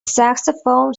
saxophone